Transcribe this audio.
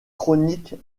chroniques